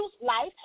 life